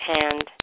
hand